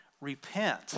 Repent